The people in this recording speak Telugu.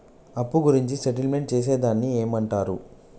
అప్పు గురించి సెటిల్మెంట్ చేసేదాన్ని ఏమంటరు?